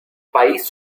país